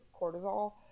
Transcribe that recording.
cortisol